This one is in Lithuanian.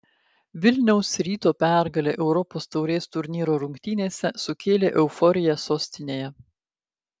vilniaus ryto pergalė europos taurės turnyro rungtynėse sukėlė euforiją sostinėje